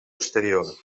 exterior